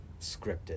scripted